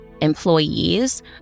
employees